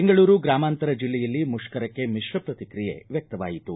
ಬೆಂಗಳೂರು ಗ್ರಾಮಾಂತರ ಜಿಲ್ಲೆಯಲ್ಲಿ ಮುಷ್ಕರಕ್ಕೆ ಮಿತ್ರ ಪ್ರತಿಕ್ರಿಯೆ ವ್ಯಕ್ತವಾಯಿತು